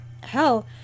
hell